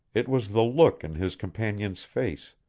it was the look in his companion's face,